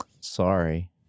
Sorry